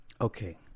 Okay